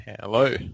Hello